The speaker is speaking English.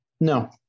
no